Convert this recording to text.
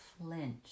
flinch